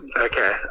Okay